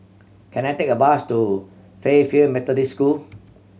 can I take a bus to Fairfield Methodist School